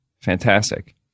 Fantastic